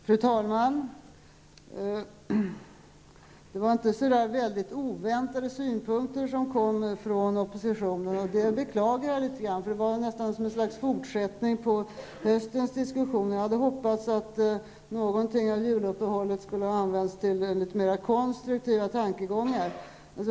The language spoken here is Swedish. Fru talman! Det var inte så väldigt oväntade synpunkter som kom från oppositionen, och det beklagar jag litet grand. Det var nästan ett slags fortsättning på höstens diskussioner. Jag hade hoppats att något av juluppehållet skulle ha använts till litet mera konstruktiva tankegångar.